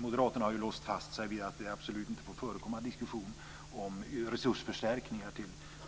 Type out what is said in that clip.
Moderaterna har ju låst fast sig vid att det absolut inte får förekomma diskussion om resursförstärkningar